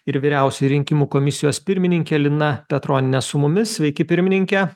ir vyriausioji rinkimų komisijos pirmininkė lina petronienė su mumis sveiki pirmininke